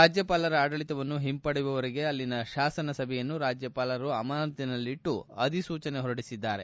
ರಾಜ್ಯಪಾಲರ ಆಡಳಿತವನ್ನು ಹಿಂಪಡೆಯುವವರೆಗೆ ಅಲ್ಲಿನ ಶಾಸನ ಸಭೆಯನ್ನು ರಾಜ್ಯಪಾಲರು ಅಮಾನತಿನಲ್ಲಿಟ್ಟು ಅಧಿಸೂಚನೆ ಹೊರಡಿಸಿದ್ದಾರೆ